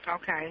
Okay